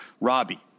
Robbie